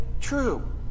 true